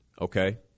Okay